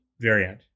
variant